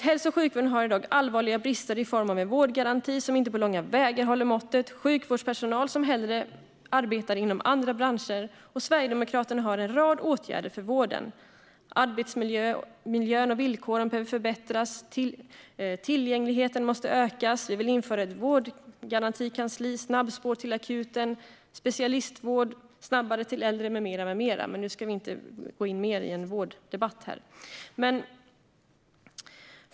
Hälso och sjukvården har som sagt i dag allvarliga brister i form av en vårdgaranti som inte på långa vägar håller måttet och sjukvårdspersonal som hellre arbetar inom andra branscher. Sverigedemokraterna har en rad förslag till åtgärder för vården. Arbetsmiljön och villkoren behöver förbättras, och tillgängligheten måste ökas. Vi vill införa ett vårdgarantikansli, snabbspår till akuten, specialistvård snabbare till äldre med mera, även om vi inte ska gå in i en vårddebatt här.